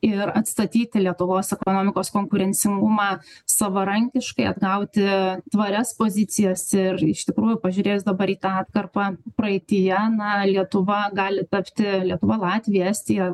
ir atstatyti lietuvos ekonomikos konkurencingumą savarankiškai atgauti tvarias pozicijas ir iš tikrųjų pažiūrėjus dabar į tą atkarpą praeityje na lietuva gali tapti lietuva latvija estija